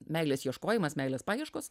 meilės ieškojimas meilės paieškos